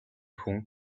хүн